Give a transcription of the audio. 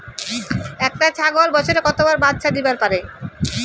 একটা ছাগল বছরে কতবার বাচ্চা দিবার পারে?